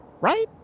right